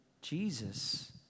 Jesus